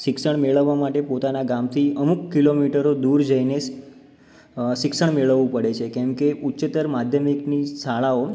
શિક્ષણ મેળવવા માટે પોતાના ગામથી અમુક કિલોમીટરો દૂર જઈને શિક્ષણ મેળવવું પડે છે કેમકે ઉચ્ચતર માધ્યમિકની શાળાઓ